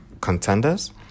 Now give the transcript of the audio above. contenders